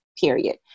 period